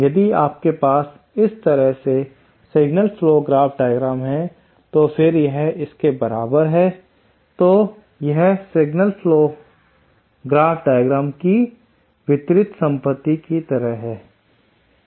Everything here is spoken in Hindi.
यदि आपके पास इस तरह से सिग्नल फ्लो ग्राफ डायग्राम है फिर यह इसके बराबर है तो यह सिग्नल फ्लो ग्राफ डायग्राम की वितरित संपत्ति की तरह है